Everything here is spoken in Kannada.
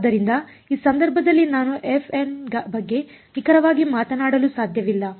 ಆದ್ದರಿಂದ ಈ ಸಂದರ್ಭದಲ್ಲಿ ನಾನು fn ಬಗ್ಗೆ ನಿಖರವಾಗಿ ಮಾತನಾಡಲು ಸಾಧ್ಯವಿಲ್ಲ